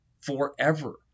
forever